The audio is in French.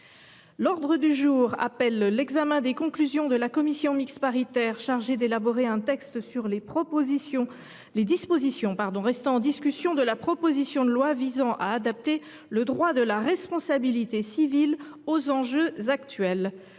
L’ordre du jour appelle l’examen des conclusions de la commission mixte paritaire chargée d’élaborer un texte sur les dispositions restant en discussion de la proposition de loi visant à adapter le droit de la responsabilité civile aux enjeux actuels